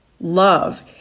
love